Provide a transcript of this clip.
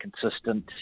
consistent